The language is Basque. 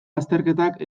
azterketak